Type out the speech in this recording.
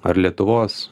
ar lietuvos